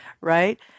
right